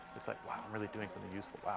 it's like, wow, i'm really doing something useful.